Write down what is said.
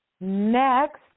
next